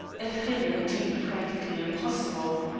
a thing i deemed practically impossible.